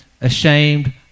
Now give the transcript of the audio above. ashamed